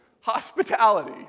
hospitality